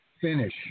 finish